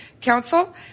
Council